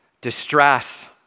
Distress